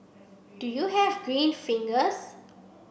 do you have green fingers